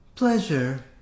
Pleasure